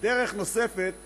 דרך נוספת